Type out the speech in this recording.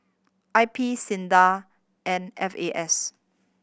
I P SINDA and F A S